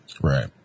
Right